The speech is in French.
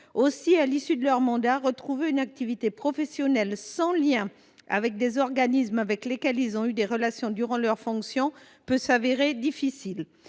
Aussi, à l’issue de ce dernier, retrouver une activité professionnelle sans lien avec des organismes avec lesquels ils ont eu des relations dans le cadre de leurs fonctions peut se révéler difficile.